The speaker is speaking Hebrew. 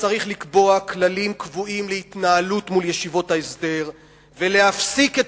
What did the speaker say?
צריך לקבוע כללים קבועים להתנהלות מול ישיבות ההסדר ולהפסיק את